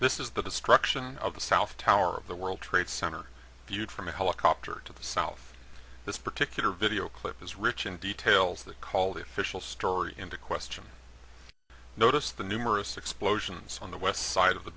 this is the destruction of the south tower of the world trade center viewed from a helicopter to the south this particular video clip is rich in details that call the official story into question notice the numerous explosions on the west side of the